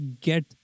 get